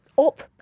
up